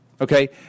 okay